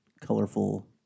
colorful